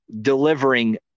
delivering